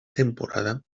temporada